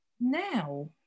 now